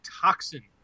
toxin